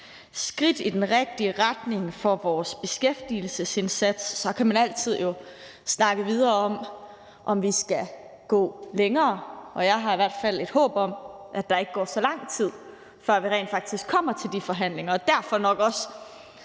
skridt i den rigtige retning for vores beskæftigelsesindsats. Så kan man jo altid snakke videre om, om vi skal gå længere, og jeg har i hvert fald et håb om, at der ikke går så lang tid, før vi rent faktisk kommer til de forhandlinger. Derfor vil jeg